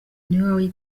niwe